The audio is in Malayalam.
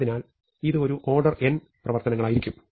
അതിനാൽ ഇത് ഒരു ഓർഡർ n പ്രവർത്തനങ്ങളായിരിക്കും